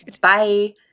bye